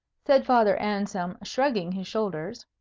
said father anselm, shrugging his shoulders.